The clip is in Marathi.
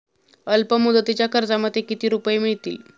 अल्पमुदतीच्या कर्जामध्ये किती रुपये मिळतील?